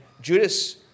Judas